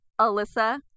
Alyssa